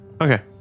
Okay